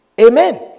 Amen